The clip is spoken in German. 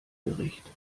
gericht